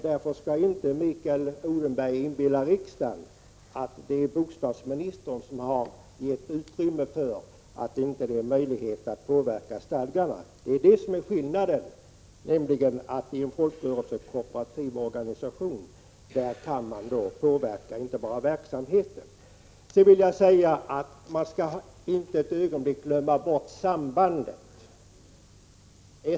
Därför skall inte Mikael Odenberg inbilla riksdagen att bostadsministern har gett utrymme för att det inte finns möjlighet att påverka stadgarna. Det är ju skillnaden —i en folkrörelsekooperativ organisation kan man påverka inte bara verksamheten. Sedan vill jag säga att man inte för ett ögonblick skall glömma bort sambandet.